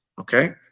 Okay